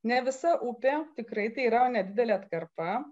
ne visa upė tikrai tai yra nedidelė atkarpa